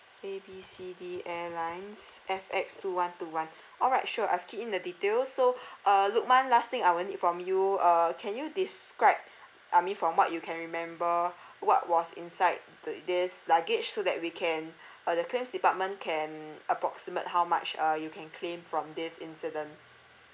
A B C D airlines F X two one two one all right sure I've keyed in the details so uh lukman last thing I will need from you uh can you describe I mean from what you can remember what was inside the this luggage so that we can uh the claims department can approximate how much uh you can claim from this incident